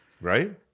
Right